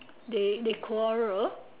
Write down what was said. they they quarrel